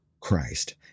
Christ